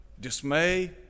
dismay